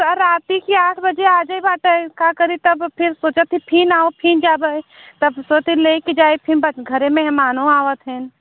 sir रात्री की आठ बजे आ जाई बा गा सात बजे तक फ़िर तिथि ना हो और फ़िर जा बा तब सोची कि ले जाई फ़िर बस घरे में मेहमानों आवत हैं